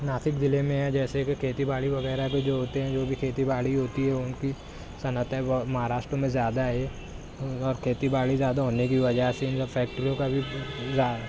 ناسک ضلع میں ہیں جیسے کہ کھیتی باڑی وغیرہ کے جو ہوتے ہیں جو بھی کھیتی باڑی ہوتی ہے ان کی صنعتیں مہاراشٹر میں زیادہ ہے ان لوگوں کی کھیتی باڑی زیادہ ہونے کی وجہ سے ان کا فیکٹریوں کا بھی